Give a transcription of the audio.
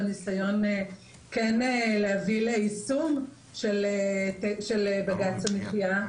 בניסיון כן להביא ליישום של בג"צ המחיה.